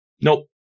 Nope